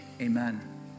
amen